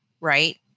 right